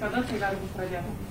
kada tai gali būt pradėta